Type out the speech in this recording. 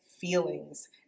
feelings